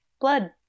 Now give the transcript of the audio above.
blood